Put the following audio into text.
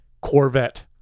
Corvette